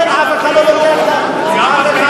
אף אחד לא נטל את הזכות הזאת,